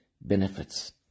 benefits